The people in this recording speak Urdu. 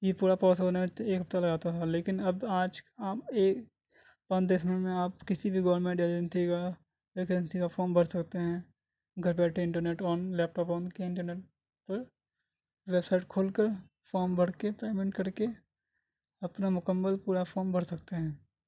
یہ پورا پروسس ہونے میں ایک ہفتہ لگ جاتا تھا لیکن اب آج پانچ دس منٹ میں آپ کسی بھی گورنمنٹ ایجینسی کا ویکینسی کا فام بھر سکتے ہیں گھر بیٹھے انٹرنیٹ آن لیپٹاپ آن کیا انٹرنیٹ تو ویبسائٹ کھول کر فام بھر کے پیمینٹ کر کے اپنا مکمل پورا فام بھر سکتے ہیں